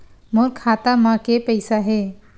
मोर खाता म के पईसा हे?